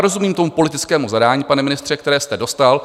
Rozumím tomu politickému zadání, pane ministře, které jste dostal.